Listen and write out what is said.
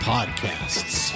Podcasts